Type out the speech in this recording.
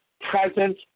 present